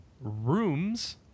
Rooms